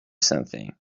something